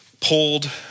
pulled